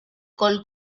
col